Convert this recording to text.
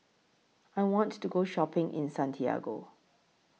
I want to Go Shopping in Santiago